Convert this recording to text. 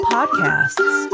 Podcasts